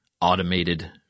automated –